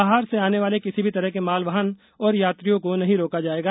बाहर आने वाले किसी भी तरह के माल वाहनों और यात्रियों को नहीं रोका जायेगा